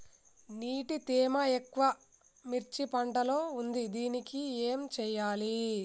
నీటి తేమ ఎక్కువ మిర్చి పంట లో ఉంది దీనికి ఏం చేయాలి?